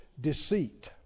deceit